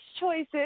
choices